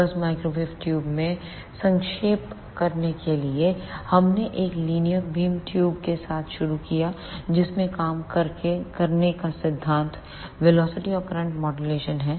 बस माइक्रोवेव ट्यूबों में संक्षेप करने के लिए हमने एक लीनियर बीम ट्यूबों के साथ शुरू किया जिसमें काम करने का सिद्धांत वेलोसिटी और करंट मॉड्यूलेशन है